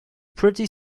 pretty